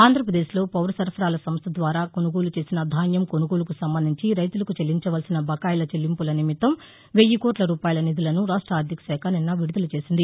ఆంధ్రప్రదేశ్లో పౌరసరఫరాల సంస్ట ద్వారా కొనుగోలు చేసిన ధాన్యం కొనుగోలుకు సంబంధించి రైతులకు చెల్లించవలసిన బకాయిల చెల్లింపుల నిమిత్తం వెయ్యి కోట్ల రూపాయల నిధులను రాష్ట ఆర్దికశాఖ నిన్న విడుదల చేసింది